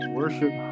worship